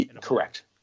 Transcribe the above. Correct